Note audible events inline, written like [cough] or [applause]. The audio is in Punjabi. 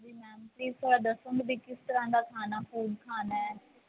ਹਾਂਜੀ ਮੈਮ [unintelligible] ਕਿਸ ਤਰ੍ਹਾਂ ਦਾ ਖਾਣਾ ਫੂਡ ਖਾਣਾ ਹੈ